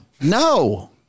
No